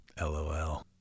LOL